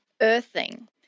earthing